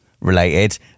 related